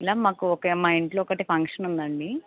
madam మాకు okay మా ఇంట్లో ఒకటి ఫంక్షన్ ఉందండి